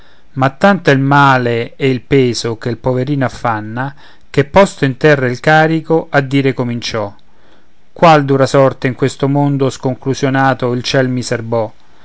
ma tanto è il male e il peso che il poverino affanna che posto in terra il carico a dire cominciò qual dura sorte in questo mondo sconclusionato il cielo mi